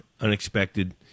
unexpected